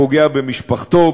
פוגע במשפחתו,